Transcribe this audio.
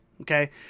Okay